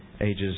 ages